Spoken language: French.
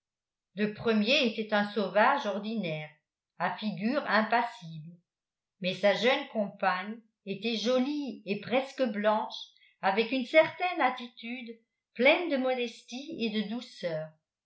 le premier était un sauvage ordinaire à figure impassible mais sa jeune compagne était jolie et presque blanche avec une certaine attitude pleine de modestie et de douceur